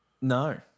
No